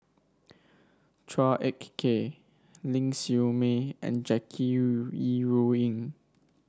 Chua Ek Kay Ling Siew May and Jackie Yi Ru Ying